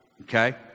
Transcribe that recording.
Okay